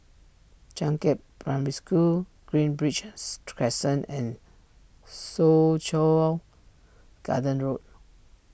Changkat Primary School green bridge's Crescent and Soo Chow Garden Road